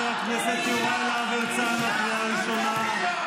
חבר הכנסת מלביצקי, קריאה ראשונה.